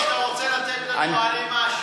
ניתוח כלכלי, או שאתה רוצה לתת לנו "אני מאשים"?